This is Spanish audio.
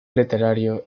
literario